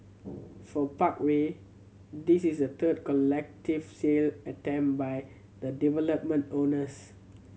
for Parkway this is the third collective sale attempt by the development owners